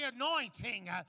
anointing